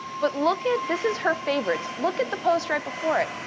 but look at this is her favorites look at the post right before it.